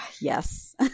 Yes